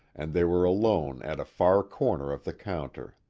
and they were alone at a far corner of the counter.